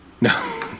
no